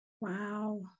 Wow